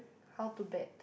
how to bet